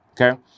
okay